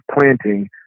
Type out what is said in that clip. planting